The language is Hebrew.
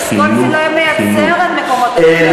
ויסקונסין לא מייצרת מקומות עבודה.